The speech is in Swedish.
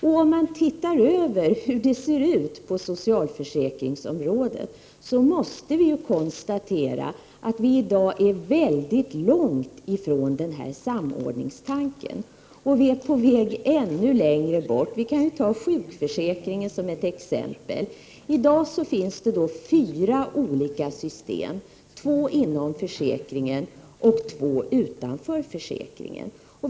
Vid en blick på hur det ser ut på socialförsäkringsområdet måste vi konstatera att vi i dag är mycket långt ifrån samordningstanken, och vi är på väg ännu längre bort. Vi kan ta sjukförsäkringen som ett exempel. I dag finns det fyra olika system, två inom försäkringen och två utanför försäkringen.